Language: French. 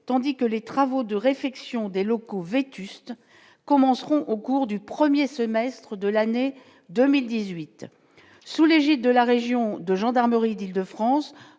tandis que les travaux de réfection des locaux vétustes commenceront au cours du 1er semestre de l'année 2018 sous l'égide de la région de gendarmerie d'Île-de-France,